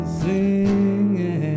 singing